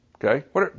Okay